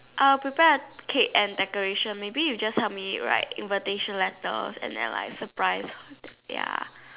I'll prepare the cake and decoration maybe you just help me write invitation letters and then like surprise ya